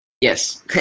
Yes